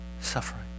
suffering